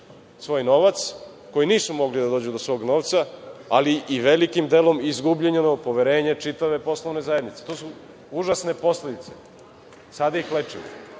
svoj novac, koji nisu mogli da dođu do svog novca, ali i velikim delom izgubljeno je poverenje čitave poslovne zajednice. To su užasne posledice. Sada ih lečimo.